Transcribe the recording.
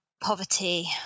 poverty